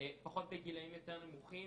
פחות בגילאים יותר נמוכים,